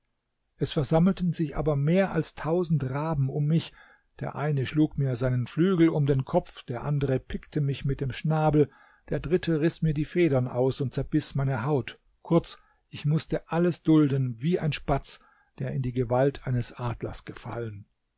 es versammelten sich aber mehr als tausend raben um mich der eine schlug mir seinen flügel um den kopf der andere pickte mich mit dem schnabel der dritte riß mir die federn aus und zerbiß meine haut kurz ich mußte alles dulden wie ein spatz der in die gewalt eines adlers gefallen